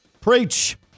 Preach